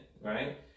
right